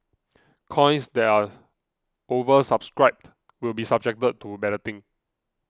coins that are oversubscribed will be subjected to balloting